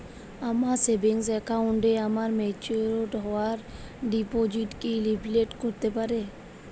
আমার সেভিংস অ্যাকাউন্টে আমার ম্যাচিওর হওয়া ডিপোজিট কি রিফ্লেক্ট করতে পারে?